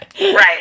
right